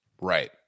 right